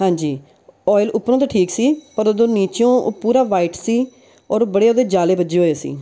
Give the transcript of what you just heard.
ਹਾਂਜੀ ਓਇਲ ਉੱਪਰੋਂ ਤਾਂ ਠੀਕ ਸੀ ਪਰ ਉਹਦੇ ਨੀਚੋਂ ਉਹ ਪੂਰਾ ਵਾਈਟ ਸੀ ਔਰ ਬੜੇ ਉਹਦੇ ਜਾਲੇ ਵੱਜੇ ਹੋਏ ਸੀ